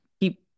keep